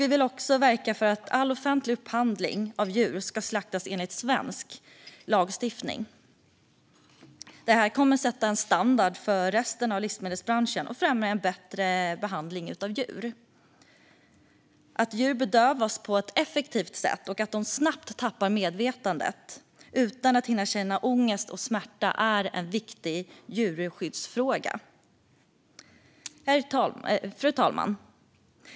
Vi vill också verka för att alla djur som omfattas av offentlig upphandling ska slaktas enligt svensk lagstiftning. Detta kommer att sätta en standard för resten av livsmedelsbranschen och främja en bättre behandling av djur. Att djur bedövas på ett effektivt sätt och snabbt tappar medvetandet utan att hinna känna ångest och smärta är en viktig djurskyddsfråga. Herr talman!